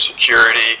security